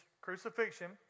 crucifixion